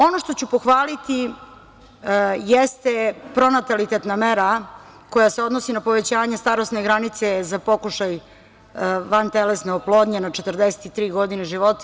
Ono što ću pohvaliti jeste pronatalitetna mera koja se odnosi na povećanje starosne granice za pokušaj vantelesne oplodnje na 43 godine života.